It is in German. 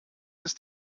ist